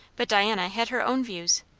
but diana had her own views,